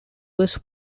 was